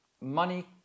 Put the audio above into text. money